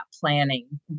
planning